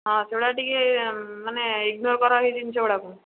ହଁ ସେଗୁଡ଼ା ଟିକିଏ ମାନେ ଇଗ୍ନୋର୍ କର ସେଇ ଜିନିଷଗୁଡ଼ାକୁ